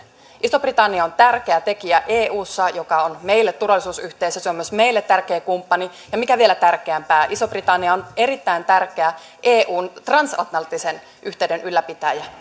iso britannia on tärkeä tekijä eussa joka on meille turvallisuusyhteisö se on myös meille tärkeä kumppani ja mikä vielä tärkeämpää iso britannia on erittäin tärkeä eun transatlanttisen yhteyden ylläpitäjä